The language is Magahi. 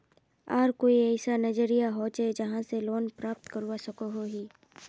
आर कोई ऐसा जरिया होचे जहा से लोन प्राप्त करवा सकोहो ही?